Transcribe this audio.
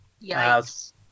Yes